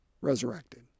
resurrected